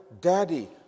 Daddy